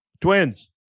Twins